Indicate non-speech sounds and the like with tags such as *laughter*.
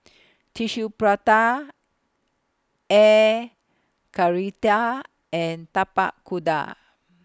Tissue Prata Air *unintelligible* and Tapak Kuda